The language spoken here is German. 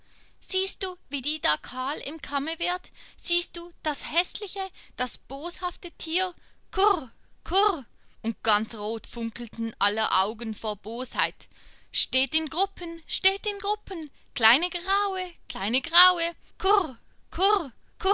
siehst du wie die da kahl im kamme wird siehst du das häßliche das boshafte tier kurre kurre und ganz rot funkelten aller augen vor bosheit steht in gruppen steht in gruppen kleine graue kleine graue kurre